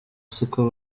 siko